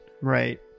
right